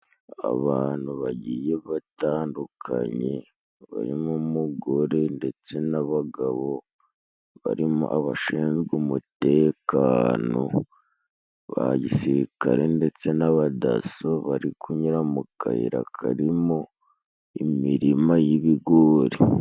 Abantu bagiye batandukanye barimumugore, ndetse n'abagabo barimo abashinzwe umutekano, ba gisirikare ndetse n'abadasso bari kunyura mu kayira karirimo imirima y'ibigori.